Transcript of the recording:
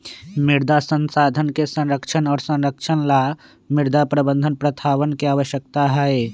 मृदा संसाधन के संरक्षण और संरक्षण ला मृदा प्रबंधन प्रथावन के आवश्यकता हई